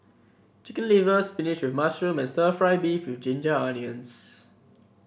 Chicken Liver spinach with mushroom and stir fry beef with Ginger Onions